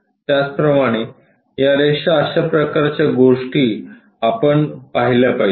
त्याचप्रमाणे या रेषा अशा प्रकारच्या गोष्टी आपण पाहिल्या पाहिजेत